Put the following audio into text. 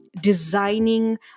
designing